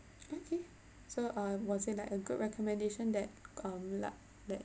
okay so err was it like a good recommendation that um luck that